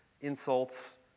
insults